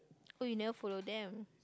oh you never follow them